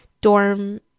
dorm